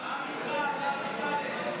העם איתך, השר אמסלם.